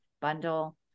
bundle